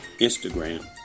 Instagram